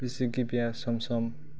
बिसि गिबिया सम सम